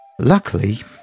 Luckily